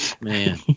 Man